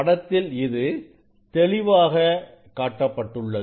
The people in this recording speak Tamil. படத்தில் இது தெளிவாக காட்டப்பட்டுள்ளது